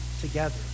together